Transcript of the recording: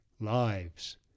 lives